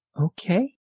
okay